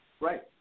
Right